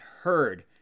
heard